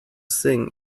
sing